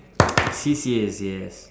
C_C_As yes